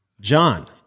John